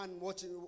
watching